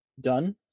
done